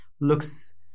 looks